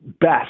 best